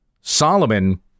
Solomon